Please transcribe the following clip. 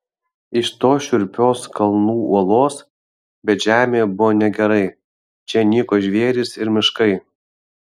iš tos šiurpios kalnų uolos bet žemėje buvo negerai čia nyko žvėrys ir miškai